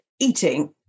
eating